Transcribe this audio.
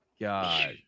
God